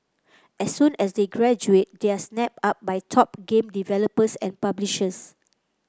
as soon as they graduate they are snapped up by top game developers and publishers